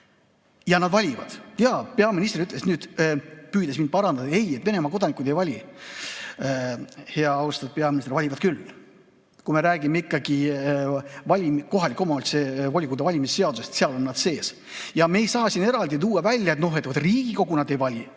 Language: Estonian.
Ja nad valivad. Peaminister ütles, püüdes mind parandada, et ei, Venemaa kodanikud ei vali. Hea austatud peaminister, valivad küll! Kui me räägime ikkagi kohaliku omavalitsuse volikogu valimise seadusest, siis seal on nad sees. Me ei saa siin eraldi tuua välja, et Riigikogu nad ei vali,